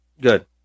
Good